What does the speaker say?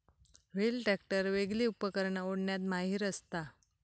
wheel tractor वेगली उपकरणा ओढण्यात माहिर असता